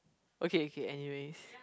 okay okay anyways